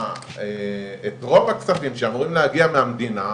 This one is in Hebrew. ואת רוב הכספים שאמורים להגיע מהמדינה,